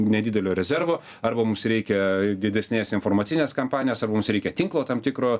nedidelio rezervo arba mums reikia didesnės informacinės kampanijos ar mums reikia tinklo tam tikro